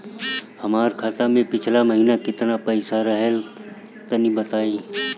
हमार खाता मे पिछला महीना केतना पईसा रहल ह तनि बताईं?